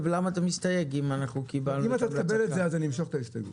אם אתה תקבל את זה, אז אני אמשוך את ההסתייגות.